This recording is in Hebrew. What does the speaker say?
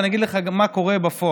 ואני אגיד לך גם מה קורה בפועל.